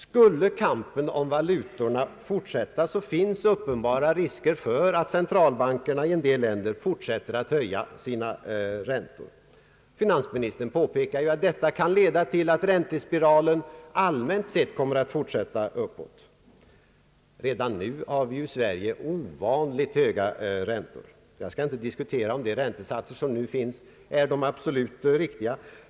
Skulle kampen om valutorna fortsätta, finns det uppenbara risker för att centralbankerna i en del länder fortsätter att höja sina räntor. Finansministern påpekar ju att detta kan leda till att räntespiralen allmänt sett kommer att fortsätta uppåt. Redan nu har vi ju i Sverige ovanligt höga räntor. Jag skall inte diskutera om de nuvarande räntesatserna är de absolut riktiga.